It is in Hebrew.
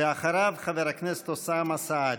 ואחריו, חבר הכנסת אוסאמה סעדי.